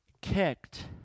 kicked